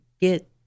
get